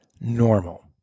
normal